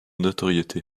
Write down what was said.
notoriété